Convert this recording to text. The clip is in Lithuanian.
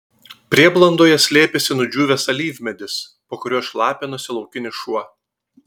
prieblandoje slėpėsi nudžiūvęs alyvmedis po kuriuo šlapinosi laukinis šuo